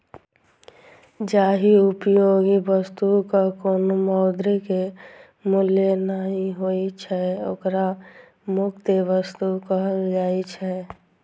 जाहि उपयोगी वस्तुक कोनो मौद्रिक मूल्य नहि होइ छै, ओकरा मुफ्त वस्तु कहल जाइ छै